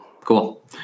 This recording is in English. Cool